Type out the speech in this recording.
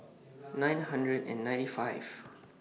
nine hundred and ninety five